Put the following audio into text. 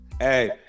Hey